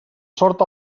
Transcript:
sort